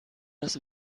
das